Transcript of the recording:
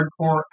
hardcore